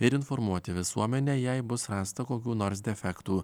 ir informuoti visuomenę jei bus rasta kokių nors defektų